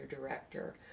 director